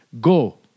go